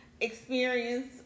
experience